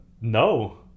No